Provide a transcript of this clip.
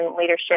leadership